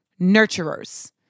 nurturers